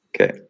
Okay